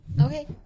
Okay